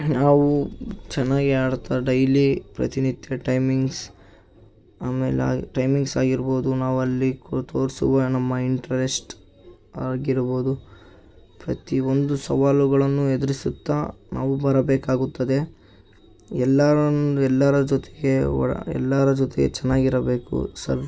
ನಾವು ಚೆನ್ನಾಗಿ ಆಡ್ತಾ ಡೈಲಿ ಪ್ರತಿನಿತ್ಯ ಟೈಮಿಂಗ್ಸ್ ಆಮೇಲೆ ಟೈಮಿಂಗ್ಸ್ ಆಗಿರ್ಬೋದು ನಾವಲ್ಲಿ ಕು ತೋರಿಸುವ ನಮ್ಮ ಇಂಟ್ರೆಸ್ಟ್ ಆಗಿರ್ಬೋದು ಪ್ರತಿ ಒಂದು ಸವಾಲುಗಳನ್ನೂ ಎದುರಿಸುತ್ತಾ ನಾವು ಬರಬೇಕಾಗುತ್ತದೆ ಎಲ್ಲರನ್ನು ಎಲ್ಲರ ಜೊತೆಗೆ ಒಡ ಎಲ್ಲರ ಜೊತೆ ಚೆನ್ನಾಗಿರಬೇಕು ಸರ್